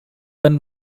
and